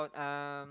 um